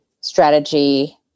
strategy